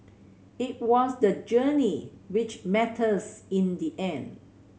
it was the journey which matters in the end